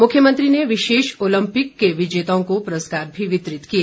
मुख्यमंत्री ने विशेष ऑलम्पिक के विजेताओं को पुरस्कार भी वितरित किए